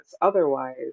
otherwise